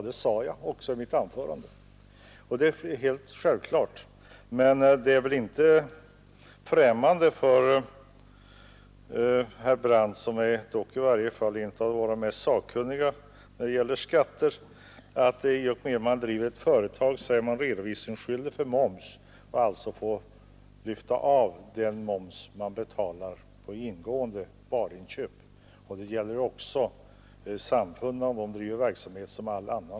Det sade jag också, och det är helt självklart, men det är väl inte främmande för herr Brandt, som är en av våra mest sakkunniga när det gäller skatter, att den som driver ett företag är redovisningsskyldig för moms och därmed också får dra av den ingående moms som erläggs på varuinköp. Det gäller också samfunden, om de driver verksamhet.